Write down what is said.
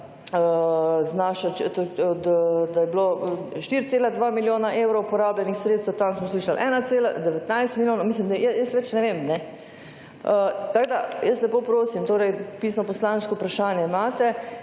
za, da je bilo 4,2 milijona evrov porabljenih sredstev, tam smo slišali 1,19 milijonov, mislim, jaz več ne vem. Tako, da jaz lepo prosim, torej pisno poslansko vprašanje imate,